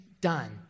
done